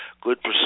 good